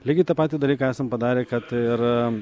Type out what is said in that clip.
lygiai tą patį dalyką esam padarę kad ir